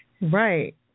right